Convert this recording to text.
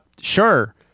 Sure